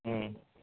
ம்